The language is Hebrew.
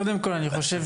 קודם כל, אני קורא